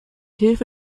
hilfe